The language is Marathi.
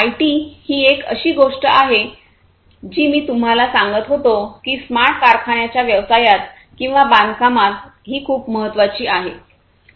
आयटी ही एक अशी गोष्ट आहे जी मी तुम्हाला सांगत होतो की स्मार्ट कारखान्यांच्या व्यवसायात किंवा बांधकामात ही खूप महत्वाची आहे